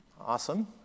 Awesome